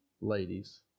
ladies